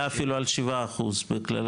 היה אפילו שבעה אחוז.